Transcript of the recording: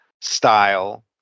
style